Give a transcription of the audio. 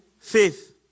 faith